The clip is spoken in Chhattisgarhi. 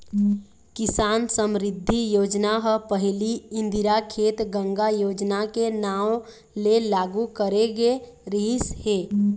किसान समरिद्धि योजना ह पहिली इंदिरा खेत गंगा योजना के नांव ले लागू करे गे रिहिस हे